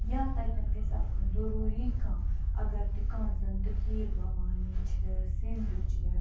یا تَتیٚن گَژھہِ آسُن ضُروٗری کانٛہہ اگر کہِ کانٛہہ زَن تہِ کھیٖر بَوانی چھِ سِنٛدھ چھِ